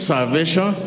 Salvation